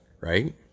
right